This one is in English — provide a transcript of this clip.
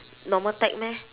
normal tech meh